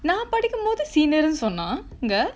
நா படிக்க மோது:naa padikka mothu senior சொன்னா அங்க:sonnaa anga